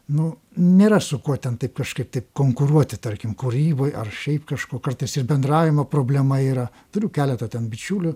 nu nėra su kuo ten taip kažkaip taip konkuruoti tarkim kūryboj ar šiaip kažko kartais ir bendravimo problema yra turiu keletą ten bičiulių